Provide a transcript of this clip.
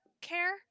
care